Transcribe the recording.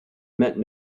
meant